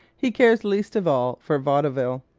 he cares least of all for vaudeville.